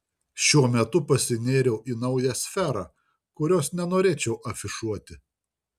šiuo metu pasinėriau į naują sferą kurios nenorėčiau afišuoti